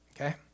Okay